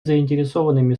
заинтересованными